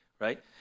right